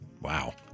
Wow